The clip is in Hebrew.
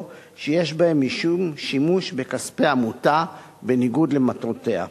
שיש בהן משום שימוש בכספי עמותה בניגוד למטרותיה.